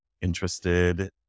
interested